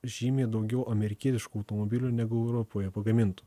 žymiai daugiau amerikietiškų automobilių negu europoje pagamintų